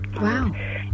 Wow